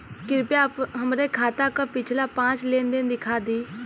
कृपया हमरे खाता क पिछला पांच लेन देन दिखा दी